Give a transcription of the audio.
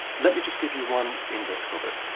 let me just give you one index of it.